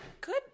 good